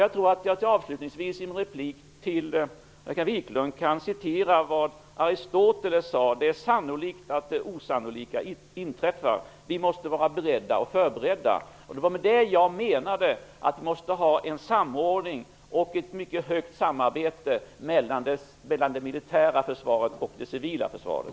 Avslutningsvis vill jag i min replik till Annika Nordgren citera vad Aristoteles sade: Det är sannolikt att det osannolika inträffar. Vi måste vara beredda och förberedda. Vi måste alltså ha en samordning och ett mycket nära samarbete mellan det militära försvaret och det civila försvaret.